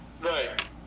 Right